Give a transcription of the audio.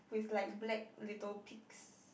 with like black little pigs